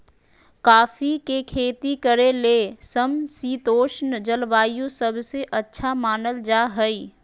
coffee के खेती करे ले समशितोष्ण जलवायु सबसे अच्छा मानल जा हई